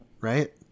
Right